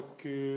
que